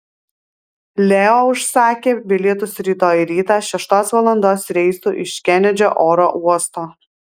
leo užsakė bilietus rytoj rytą šeštos valandos reisu iš kenedžio oro uosto